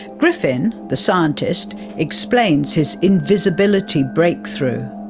griffin, the scientist, explains his invisibility breakthrough